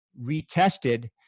retested